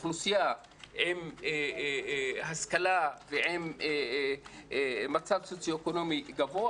אוכלוסייה עם השכלה ועם מצב סוציו-אקונומי גבוה,